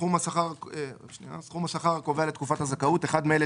""סכום השכר הקובע לתקופת הזכאות" אחד מאלה,